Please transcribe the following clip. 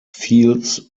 fields